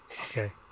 Okay